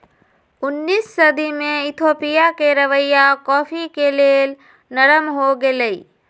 उनइस सदी में इथोपिया के रवैया कॉफ़ी के लेल नरम हो गेलइ